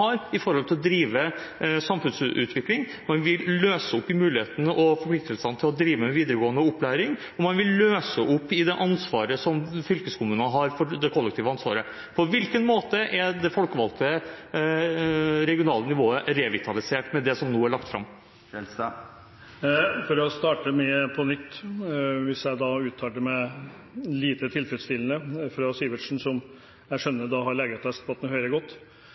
har i forhold til å drive samfunnsutvikling. Man vil løse opp i muligheten for fylkeskommunene til å drive med videregående opplæring, og man vil løse opp i det kollektive ansvaret som fylkeskommunene har. På hvilken måte er det folkevalgte regionale nivået revitalisert med det som nå er lagt fram? For å starte på nytt, hvis jeg uttalte meg lite tilfredsstillende for Sivertsen, som jeg skjønner har legeattest på at han hører godt: Det å tilføre oppgaver fra Fylkesmannen til